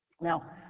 Now